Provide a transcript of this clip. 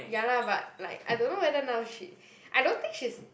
ya lah but like I don't know whether now she I don't think she's